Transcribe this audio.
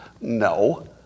No